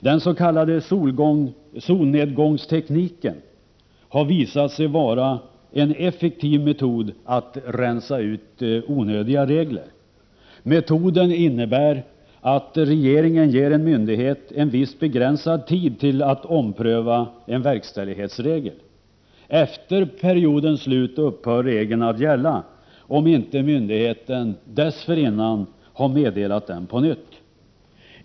Den s.k. solnedgångstekniken har visat sig vara en effektiv metod att rensa ut onödiga regler. Metoden innebär att regeringen ger en myndighet en viss begränsad tid till att ompröva en verkställighetsregel. Efter periodens slut upphör regeln att gälla, om inte myndigheten dessförinnan har meddelat den på nytt.